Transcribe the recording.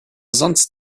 sonst